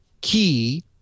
key